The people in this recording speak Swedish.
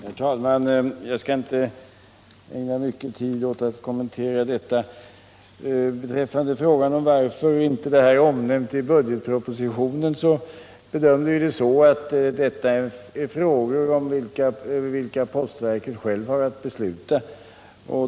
Herr talman! Jag skall inte ägna mycket tid åt att kommentera det här. Att vi inte har nämnt någonting i budgetpropositionen om dessa förändringar beror på att vi bedömde det så att detta är frågor över vilka postverket självt har att besluta.